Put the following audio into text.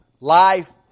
life